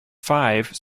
five